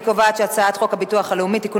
אני קובעת שהצעת חוק הביטוח הלאומי (תיקון